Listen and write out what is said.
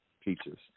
Peaches